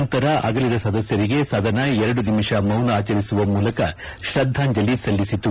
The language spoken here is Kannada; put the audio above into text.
ನಂತರ ಅಗಲಿದ ಸದಸ್ಯರಿಗೆ ಸದನ ಎರಡು ನಿಮಿಷ ಮೌನ ಆಚರಿಸುವ ಮೂಲಕ ಶ್ರದ್ದಾಂಜಲಿ ಸಲ್ಲಿಸಿತು